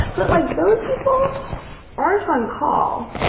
but like those people aren't on call.